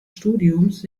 studiums